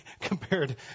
compared